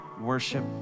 worship